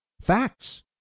facts